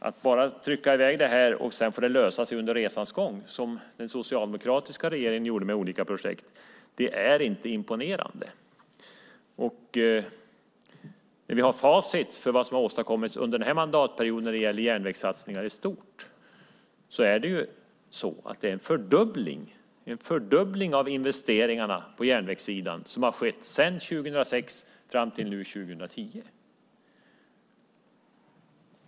Att bara trycka i väg det här och sedan får det lösa sig under resans gång, som den socialdemokratiska regeringen gjorde med olika projekt, är inte imponerande. Vi har facit för vad som har åstadkommits under den här mandatperioden när det gäller järnvägssatsningar i stort. Det är en fördubbling av investeringarna på järnvägssidan som har skett sedan 2006 fram till nu 2010.